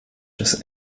des